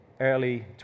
early